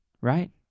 right